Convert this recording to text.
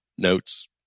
notes